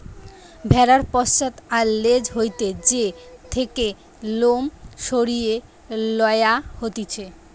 ভেড়ার পশ্চাৎ আর ল্যাজ হইতে যে থেকে লোম সরিয়ে লওয়া হতিছে